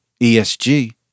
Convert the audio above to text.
ESG